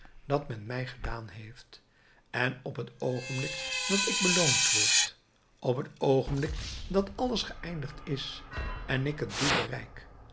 dat men mij gedaan heeft en op het oogenblik dat ik beloond word op het oogenblik dat alles geëindigd is en ik het doel bereik